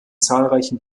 zahlreichen